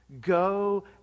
Go